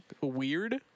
weird